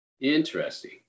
Interesting